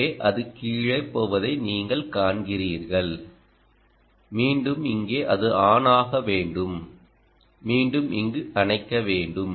எனவே அது கீழே போவதை நீங்கள் காண்கிறீர்கள் மீண்டும் இங்கே அது ஆன் ஆக வேண்டும் மீண்டும் இங்கே அணைக்க வேண்டும்